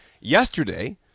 yesterday